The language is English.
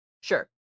sure